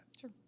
Sure